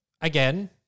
Again